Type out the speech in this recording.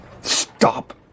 Stop